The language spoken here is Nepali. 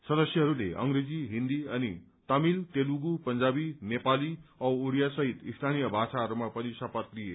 सदस्यहरूले अंग्रेजी हिन्दी अनि तमिल तेलेगु पंजाबी नेपाली औ उड़िया सहित स्थानीय भाषाहरूमा पनि शपथ लिए